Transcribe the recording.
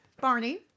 Barney